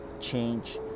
change